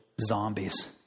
zombies